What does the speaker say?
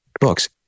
Books